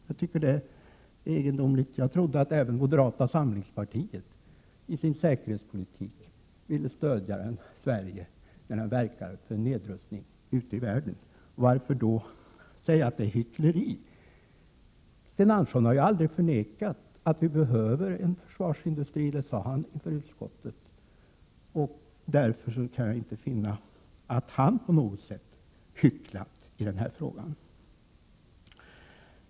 Jag tycker att det är egendomligt. Jag trodde att även moderata samlingspartiet i sin säkerhetspolitik ville stödja Sverige då landet verkar för nedrustning ute i världen. Varför då säga att det är hyckleri? Sten Andersson har ju aldrig förnekat att vi behöver en försvarsindustri. Han sade ju inför utskottet att vi behöver en sådan. Därför kan jag inte finna att han på något sätt har hycklat i denna fråga.